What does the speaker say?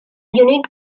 unit